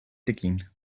digging